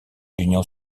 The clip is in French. l’union